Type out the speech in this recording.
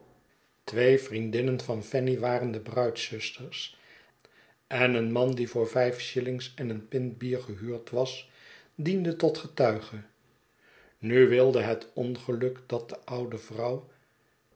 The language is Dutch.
twee vriendinnen van fanny waren de bruidszusters en een man die voor vijf shillings en een pint bier gehuurd was diende tot getuige nu wilde het ongeluk dat de oude vrouw